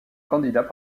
candidat